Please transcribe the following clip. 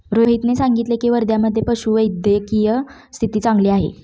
रोहितने सांगितले की, वर्ध्यामधे पशुवैद्यकीय स्थिती चांगली आहे